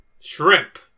Shrimp